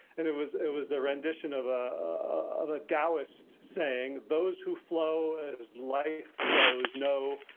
and it was it was a rendition of a taoist saying those who flow as life flows, no,